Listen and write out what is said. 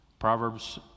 Proverbs